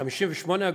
58 אגורות,